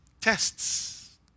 Tests